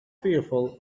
fearful